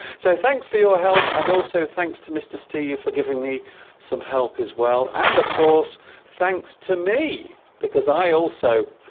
so thanks you know help and also thanks to mr. steve for giving me some help as well and of course thanks to me because i also